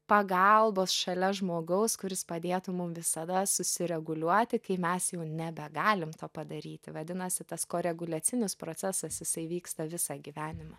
pagalbos šalia žmogaus kuris padėtų mum visada susireguliuoti kai mes jau nebegalim to padaryti vadinasi tas koreguliacinius procesas jisai vyksta visą gyvenimą